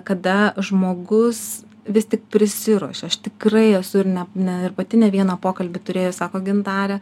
kada žmogus vis tik prisiruošė aš tikrai esu ir ne ne ir pati ne vieną pokalbį turėjau sako gintare